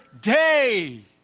day